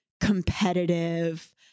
competitive